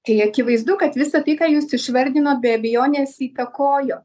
tai akivaizdu kad visa tai ką jūs išvardinot be abejonės įtakojo